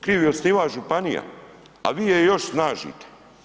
Kriv je osnivač županija, a vi je još snažite.